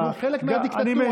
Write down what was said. זה חלק מהדיקטטורה,